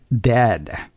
dead